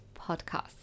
podcast